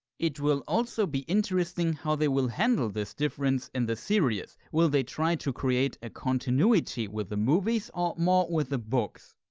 it will also be interesting how they will handle this difference in the series. will they try to create an ah continuity with the movies or more with the books?